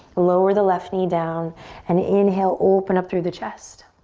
lower the left knee down and inhale, open up through the chest.